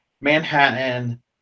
Manhattan